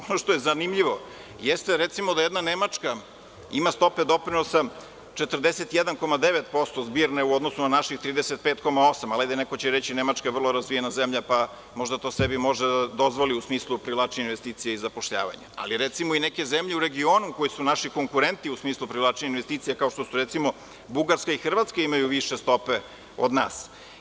Ono što je zanimljivo je da, recimo, jedna Nemačka ima stope doprinosa 41,9% zbirne u odnosu na naših 35,8, ali neko će reći da je Nemačka vrlo razvijena zemlja, pa možda to sebi može da dozvoli u smislu privlačenja investicija i zapošljavanja, ali i neke zemlje u regionu, koje su naši konkurenti u smislu privlačenja investicija, kao što su Bugarska i Hrvatska, imaju više stope od nas.